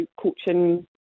coaching